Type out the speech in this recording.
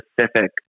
specific